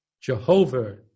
Jehovah